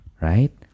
Right